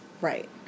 Right